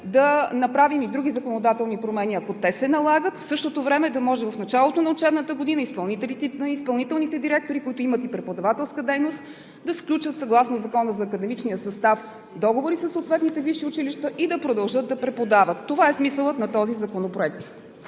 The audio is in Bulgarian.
да направим и други законодателни промени, ако те се налагат. В същото време да може в началото на учебната година изпълнителните директори, които имат преподавателска дейност, да сключат съгласно Закона за академичния състав договори със съответните висши училища и да продължат да преподават. Това е смисълът на този законопроект.